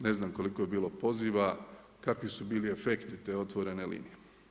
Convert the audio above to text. Ne znam koliko je bilo poziva, kakvi su bili efekti te otvorene linije.